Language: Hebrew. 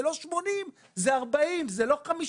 זה לא 80 אלף אלא 40 אלף.